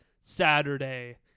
Saturday